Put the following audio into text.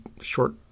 short